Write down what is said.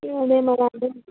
అదే మరి అండి